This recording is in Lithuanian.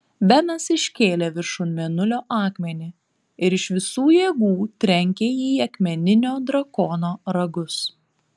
benas iškėlė viršun mėnulio akmenį ir iš visų jėgų trenkė jį į akmeninio drakono ragus